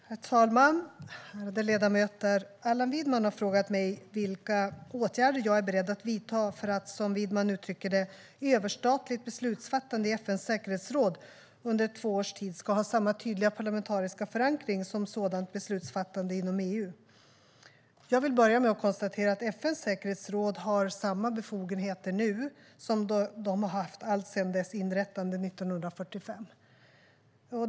Svar på interpellationer Herr talman! Ärade ledamöter! Allan Widman har frågat mig vilka åtgärder jag är beredd att vidta för att, som Widman uttrycker det, överstatligt beslutsfattande i FN:s säkerhetsråd under två års tid ska ha samma tydliga parlamentariska förankring som sådant beslutsfattande inom EU. Jag vill börja med att konstatera att FN:s säkerhetsråd har samma befogenheter nu som det har haft alltsedan dess inrättande 1945.